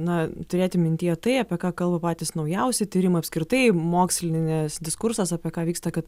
na turėti mintyje tai apie ką kalba patys naujausi tyrimai apskritai mokslinis diskursas apie ką vyksta kad